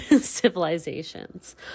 civilizations